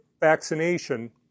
vaccination